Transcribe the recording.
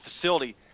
facility